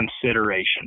consideration